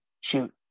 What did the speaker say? Shoot